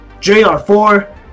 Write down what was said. JR4